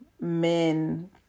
men